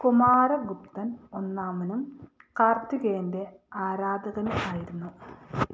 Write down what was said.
കുമാരഗുപ്തൻ ഒന്നാമനും കാർത്തികേയൻ്റെ ആരാധകനുമായിരുന്നു